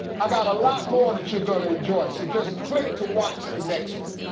i got a lot more that you're gonna enjoy, so just click to watch the next one.